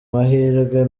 mahirwe